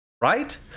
Right